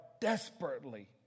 desperately